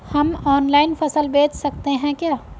हम ऑनलाइन फसल बेच सकते हैं क्या?